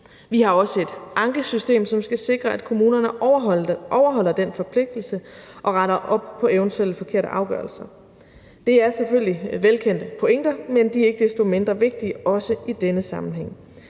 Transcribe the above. Vi har også et ankesystem, som skal sikre, at kommunerne overholder den forpligtelse og retter op på eventuelle forkerte afgørelser. Det er selvfølgelig velkendte pointer, men de er ikke desto mindre vigtige også i denne sammenhæng.